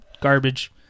garbage